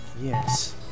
Yes